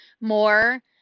more